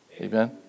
Amen